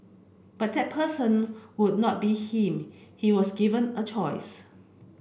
but that person would not be him he was given a choice